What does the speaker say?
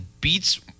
beats